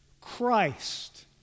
Christ